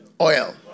Oil